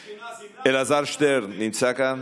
קראתי את דוח אשכנזי, אלעזר שטרן נמצא כאן?